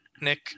nick